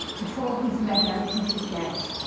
before he's led out to his death,